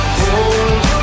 hold